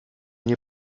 nie